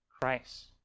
Christ